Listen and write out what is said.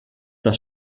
das